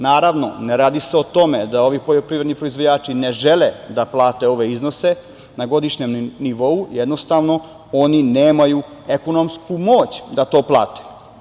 Naravno, ne radi se o tome da ovi poljoprivredni proizvođači ne žele da plate ove iznose na godišnjem nivou, jednostavno, oni nemaju ekonomsku moć da to plate.